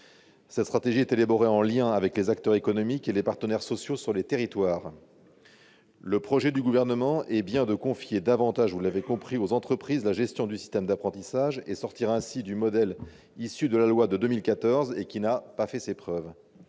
Cette stratégie sera élaborée en lien avec les acteurs économiques et les partenaires sociaux des territoires. Le projet du Gouvernement est bien de confier davantage aux entreprises la gestion du système d'apprentissage afin de sortir du modèle issu de la loi de 2014, qui n'a pas fait ses preuves.